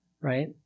right